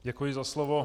Děkuji za slovo.